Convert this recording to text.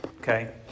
okay